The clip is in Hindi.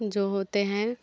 जो होते हैं